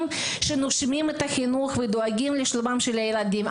שנושמים את החינוך ודואגים לשלומם של הילדים.